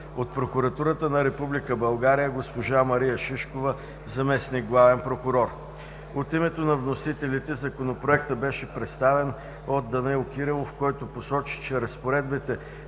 от Прокуратурата на Република България госпожа Мария Шишкова – заместник-главен прокурор. От името на вносителите Законопроектът беше представен от Данаил Кирилов, който посочи, че разпоредбите